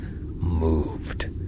moved